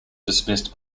dismissed